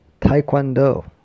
Taekwondo